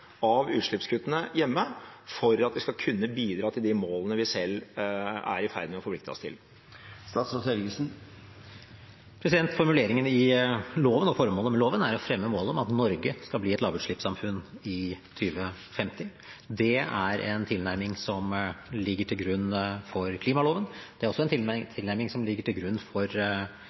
av utslippskuttene hjemme for at vi skal kunne bidra til de målene vi selv er i ferd med å forplikte oss til? Formuleringen i loven og formålet med loven er å fremme målet om at Norge skal bli et lavutslippssamfunn i 2050. Det er en tilnærming som ligger til grunn for klimaloven. Det er også en tilnærming som ligger til grunn for